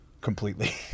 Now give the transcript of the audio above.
completely